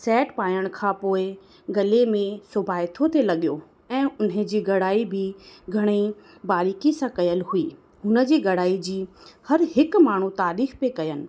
set पाइण खां पोइ गले में सोभाइतो थिए लॻियो ऐं उने जे घड़ाई बि घणेई बारीकी सां कयल हुई हुन जी घड़ाई जी हर हिकु माण्हू तारीफ़ पिया कयनि